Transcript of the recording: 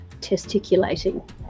testiculating